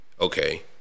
Okay